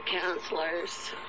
counselors